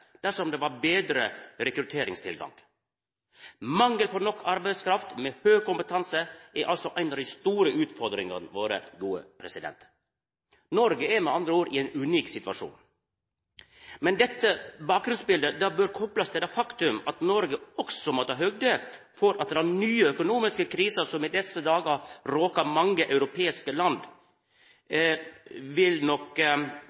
dersom det hadde vore betre rekrutteringstilgang. Mangel på nok arbeidskraft med høg kompetanse er altså ei av dei store utfordringane våre. Noreg er med andre ord i ein unik situasjon. Men dette bakgrunnsbiletet bør koplast til det faktum at Noreg må ta høgd for at den nye økonomiske krisa som i desse dagar råkar mange europeiske land, nok